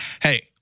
Hey